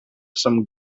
some